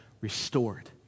restored